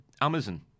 Amazon